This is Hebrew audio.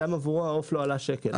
גם עבורו העוף לא עלה שקל.